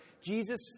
Jesus